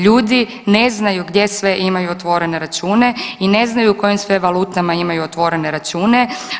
Ljudi ne znaju gdje sve imaju otvorene računa i ne znaju u kojim sve valutama imaju otvorene računa.